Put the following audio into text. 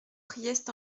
priest